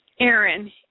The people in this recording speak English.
Aaron